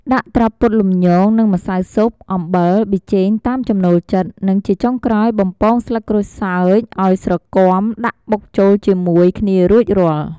ដាក់ត្រប់ពុតលំញង និង ម្សៅស៊ុប អំបិល ប៊ីចេងតាមចំណូលចិត្ត និងជាចុងក្រោយបំពងស្លឹកក្រូចសើចឱ្យស្រគាំដាក់បុកចូលជាមួយគ្នារួចរាល់។